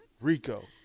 Rico